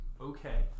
Okay